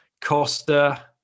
Costa